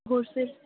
ਹੋਰ ਫਿਰ